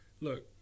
Look